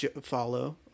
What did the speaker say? follow